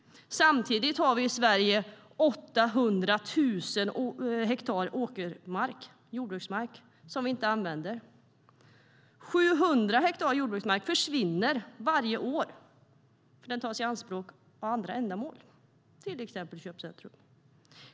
Samtidigt har vi i Sverige 800 000 hektar jordbruksmark som vi inte använder. 700 hektar jordbruksmark försvinner varje år - den tas i anspråk för andra ändamål, till exempel köpcentrum.